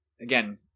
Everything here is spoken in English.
Again